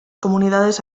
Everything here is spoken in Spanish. comunidades